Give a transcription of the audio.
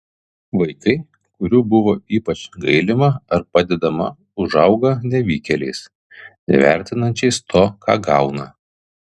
vaikai kurių buvo ypač gailima ar padedama užauga nevykėliais nevertinančiais to ką gauna